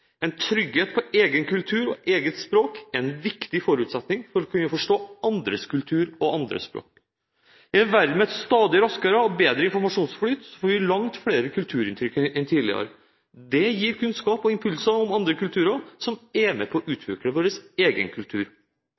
En trygghet på egen kultur og eget språk er en viktig forutsetning for å kunne forstå andres kultur og andres språk. I en verden med stadig raskere og bedre informasjonsflyt får vi langt flere kulturinntrykk enn tidligere. Det gir kunnskap og impulser om andre kulturer som er med på å utvikle vår egen kultur.